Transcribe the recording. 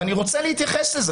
אני רוצה להתייחס לזה.